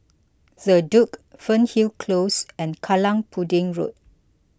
the Duke Fernhill Close and Kallang Pudding Road